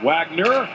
Wagner